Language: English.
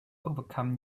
overcome